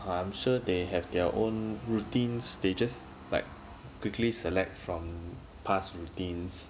I am sure they have their own routine stages like quickly select from past routines